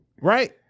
Right